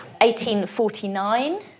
1849